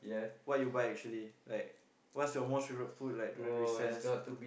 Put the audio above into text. what you buy usually like what's your most favorite food like during recess